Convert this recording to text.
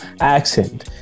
accent